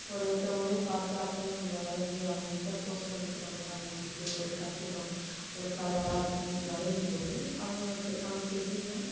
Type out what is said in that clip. ஒருவொருத்தவங்களையும் பார்த்து அப்படியே நம்ப வரஞ்சு அவங்க எந்த போஸில் நிற்கிறாங்களோ அதை வரஞ்சு ஒரு கட்டிடம் ஒரு பறவை அப்படின்னு வரையும் போது அவங்களுக்கு நமக்கு எப்படின்னா